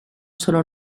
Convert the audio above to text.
solo